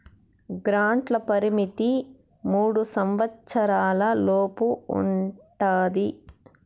గ్రాంట్ల పరిమితి మూడు సంవచ్చరాల లోపు ఉంటది